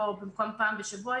או במקום פעם בשבוע,